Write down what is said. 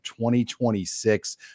2026